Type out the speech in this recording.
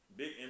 big